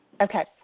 Okay